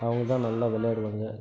அவங்க தான் நல்லா விளையாடுவாங்க